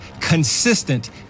consistent